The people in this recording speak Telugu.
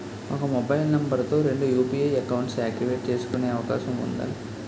ఒక మొబైల్ నంబర్ తో రెండు యు.పి.ఐ అకౌంట్స్ యాక్టివేట్ చేసుకునే అవకాశం వుందా?